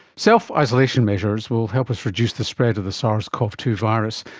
self-isolation measures will help us reduce the spread of the sars cov two virus,